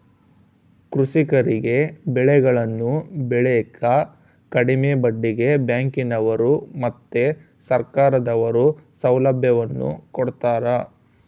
ಕೃಷಿಕರಿಗೆ ಬೆಳೆಗಳನ್ನು ಬೆಳೆಕ ಕಡಿಮೆ ಬಡ್ಡಿಗೆ ಬ್ಯಾಂಕಿನವರು ಮತ್ತೆ ಸರ್ಕಾರದವರು ಸೌಲಭ್ಯವನ್ನು ಕೊಡ್ತಾರ